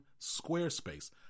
Squarespace